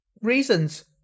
reasons